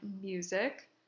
Music